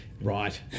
Right